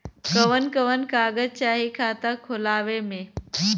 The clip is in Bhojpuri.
कवन कवन कागज चाही खाता खोलवावे मै?